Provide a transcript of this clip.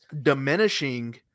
diminishing